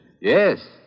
Yes